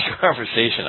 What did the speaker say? conversation